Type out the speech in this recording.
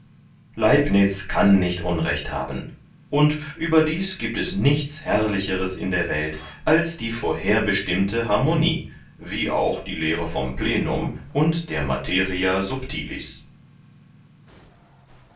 leibnitz kann nicht unrecht haben und überdies giebt es nichts herrlicheres in der welt als die vorherbestimmte harmonie wie auch die lehre vom plenum und der